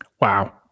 Wow